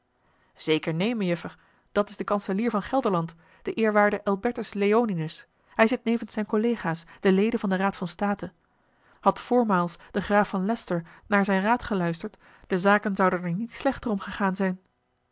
zeker neen mejuffer dat is de kanselier van gelderland de eerwaarde elbertus leoninus hij zit nevens zijne collega's de leden van den raad van state had voormaals de graaf van leycester naar zijn raad geluisterd de zaken zouden er niet slechter om gegaan zijn